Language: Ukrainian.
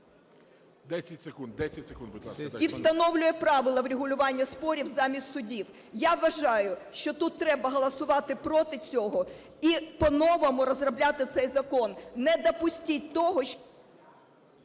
10 секунд. 10 секунд, будь ласка. ТИМОШЕНКО Ю.В. І встановлює правила в регулюванні спорів замість судів. Я вважаю, що тут треба голосувати проти цього і по-новому розробляти цей закон. Не допустіть того…